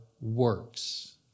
works